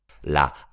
La